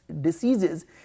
diseases